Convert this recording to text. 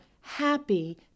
happy